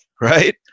Right